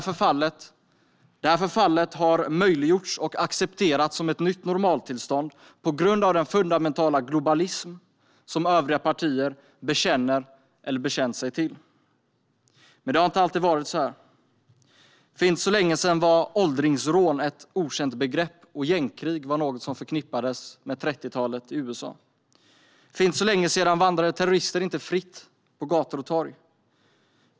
Detta förfall har möjliggjorts och accepterats som ett nytt normaltillstånd genom den fundamentala globalism som övriga partier bekänner eller har bekänt sig till. Riktlinjer för den ekonomiska politiken och Vårändrings-budget för 2017 Det har dock inte alltid varit så här. För inte så länge sedan var "åldringsrån" ett okänt begrepp, och gängkrig var något som förknippades med 30-talet i USA. För inte så länge sedan vandrade terrorister inte fritt på gator och torg.